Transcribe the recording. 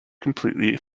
completely